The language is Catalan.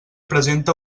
presenta